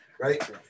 right